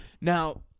Now